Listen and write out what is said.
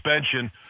suspension